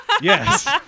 Yes